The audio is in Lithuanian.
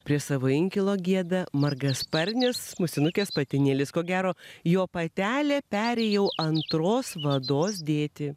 prie savo inkilo gieda margasparnės musinukės patinėlis ko gero jo patelė peri jau antros vados dėtį